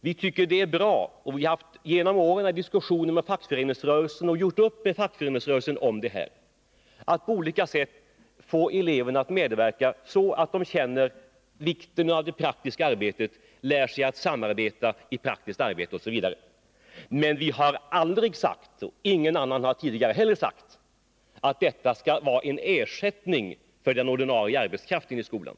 Vi tycker att det är bra, och vi har genom åren träffat överenskommelser med fackföreningsrörelsen om att vi på olika sätt skall få till stånd en medverkan av eleverna, så att de känner vikten av det praktiska arbetet, lär sig att samarbeta osv. Men vi har inte — och ingen annan heller — någonsin sagt att detta skall vara en ersättning för den ordinarie arbetskraften i skolan.